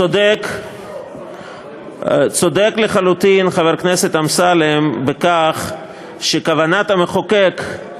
צודק לחלוטין חבר הכנסת אמסלם בכך שכוונת המחוקק,